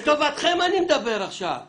אני מדבר עכשיו לטובתכם.